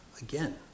again